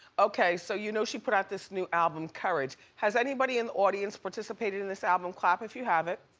okay, so you know she put out this new album, courage. has anybody in the audience participated in this album? clap if you have it.